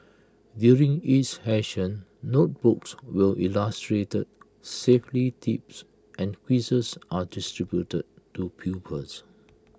during each session notebooks with illustrated safety tips and quizzes are distributed to pupils